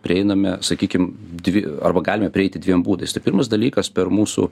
prieiname sakykim dvi arba galime prieiti dviem būdais tai pirmas dalykas per mūsų